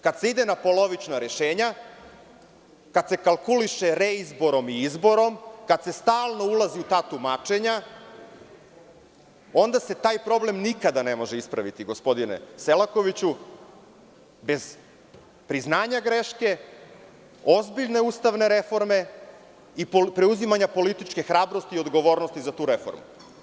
Kad se ide na polovična rešenja, kada se kalkuliše reizborom i izborom, kada se stalno ulazi u ta tumačenja, onda se taj problem nikad ne može ispraviti, gospodine Selakoviću, bez priznanja greške, ozbiljne ustavne reforme i preuzimanja političke hrabrosti i odgovornosti za tu reformu.